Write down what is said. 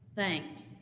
Thanked